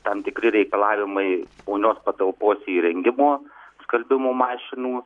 tam tikri reikalavimai vonios patalpos įrengimo skalbimo mašinų